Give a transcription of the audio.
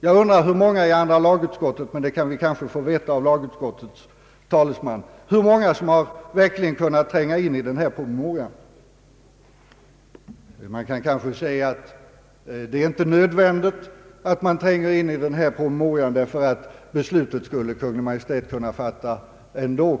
Jag undrar hur många i andra lagutskottet — det kanske vi kan få veta av lagutskottets talesman — som verkligen kunnat tränga in i denna promemoria. Det kan kanske påstås att det inte är nödvändigt att tränga in i promemorian, eftersom Kungl. Maj:t skulle kunna fatta beslutet ändå.